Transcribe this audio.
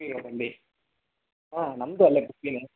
ಗುಬ್ಬಿ ರೋಡಲ್ಲಿ ಹಾಂ ನಮ್ಮದು ಅಲ್ಲೆ ಗುಬ್ಬಿನೇ